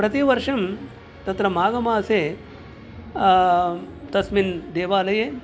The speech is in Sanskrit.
प्रतिवर्षं तत्र माघमासे तस्मिन् देवालये